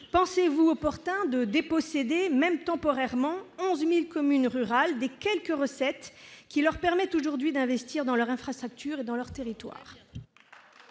pensez-vous opportun de déposséder, même temporairement, 11 000 communes rurales des quelques recettes qui leur permettent d'investir aujourd'hui dans leurs infrastructures et dans leur territoire ?